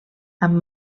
amb